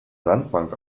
sandbank